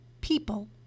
people